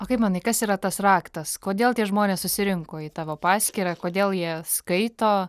o kaip manai kas yra tas raktas kodėl tie žmonės susirinko į tavo paskyrą kodėl jie skaito